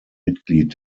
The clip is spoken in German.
mitglied